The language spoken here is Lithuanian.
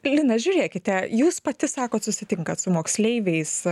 lina žiūrėkite jūs pati sakot susitinkat su moksleiviais